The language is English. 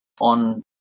on